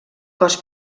cos